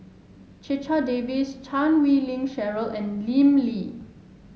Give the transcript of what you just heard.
Checha Davies Chan Wei Ling Cheryl and Lim Lee